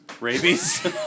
rabies